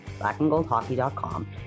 blackandgoldhockey.com